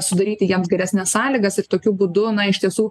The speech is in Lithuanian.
sudaryti jiems geresnes sąlygas ir tokiu būdu iš tiesų